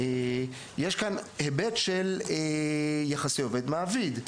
יש כאן היבט של יחסי עובד-מעביד,